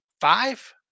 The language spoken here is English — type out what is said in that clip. Five